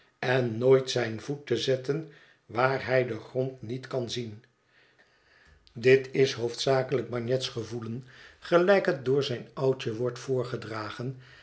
en nooit zijn voet te zetten waar hij den grond niet kan zien dit is hoofdzakelijk bagnet's gevoelen gelijk het door zijn oudje word voorgedragen